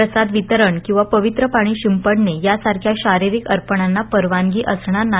प्रसाद वितरण किंवा पवित्र पाणी शिंपडणे या सारख्या शारिरिक अर्पणांना परवानगी असणार नाही